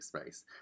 space